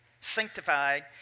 Sanctified